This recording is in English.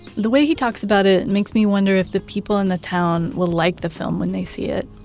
the way he talks about it makes me wonder if the people in the town will like the film when they see it.